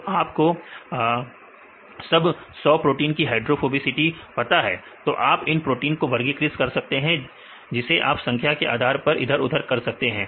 तो आप को आपको सब 100 प्रोटीन की हाइड्रोफोबिसिटी पता है तो आप इन प्रोटीन को वर्गीकृत कर सकते हैं जिसे आप संख्या के आधार पर इधर उधर कर सकते हैं